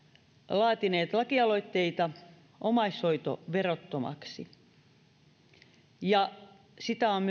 laatineet lakialoitteita saadakseen omaishoidon verottomaksi ja sitä on